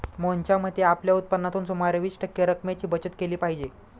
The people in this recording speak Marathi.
मोहनच्या मते, आपल्या उत्पन्नातून सुमारे वीस टक्के रक्कमेची बचत केली पाहिजे